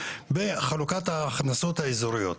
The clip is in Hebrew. בחלוקת ההכנסות האיזוריות.